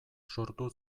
sortu